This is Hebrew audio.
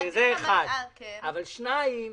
שנית,